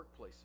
workplaces